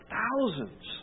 thousands